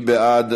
מי בעד?